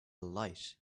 light